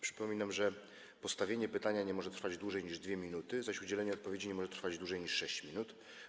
Przypominam, że postawienie pytania nie może trwać dłużej niż 2 minuty, zaś udzielenie odpowiedzi nie może trwać dłużej niż 6 minut.